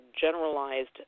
generalized